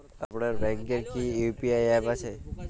আপনার ব্যাংকের কি কি ইউ.পি.আই অ্যাপ আছে?